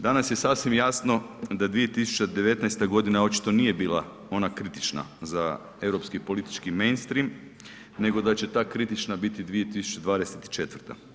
Danas je sasvim jasno da 2019. godina očito nije bila ona kritična za europski politički mainstream nego da će ta kritična biti 2024.